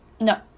No